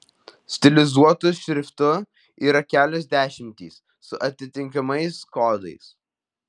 stilizuotų šriftų yra kelios dešimtys su atitinkamais kodais